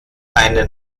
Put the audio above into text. eine